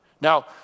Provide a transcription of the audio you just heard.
Now